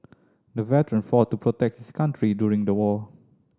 the veteran fought to protect his country during the war